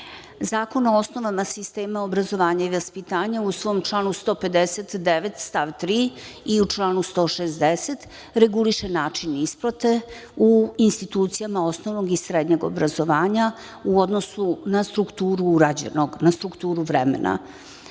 o osnovama sistema obrazovanja i vaspitanja u svom članu 159. stav 3. i u članu 160. reguliše način isplate u institucijama osnovnog i srednjeg obrazovanja u odnosu na strukturu urađenog, na strukturu vremena.14/3